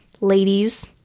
ladies